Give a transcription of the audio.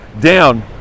down